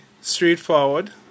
straightforward